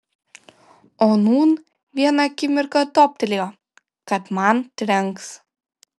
o nūn vieną akimirką toptelėjo kad man trenks